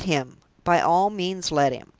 let him! by all means, let him!